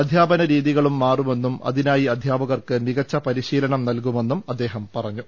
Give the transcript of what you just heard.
അധ്യാപനരീതികളും മാറുമെന്നും അതിനായി അധ്യാപകർക്ക് മികച്ച പരിശീലനം നൽകുമെന്നും അദ്ദേഹം പറഞ്ഞു